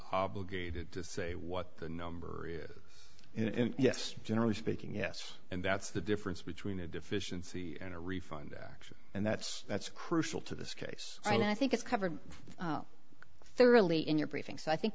obligated to say what the number is in yes generally speaking yes and that's the difference between a deficiency and a refund action and that's that's crucial to this case and i think it's covered thoroughly in your briefing so i think